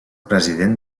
president